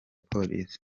police